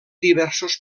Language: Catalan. diversos